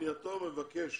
בפנייתו מבקש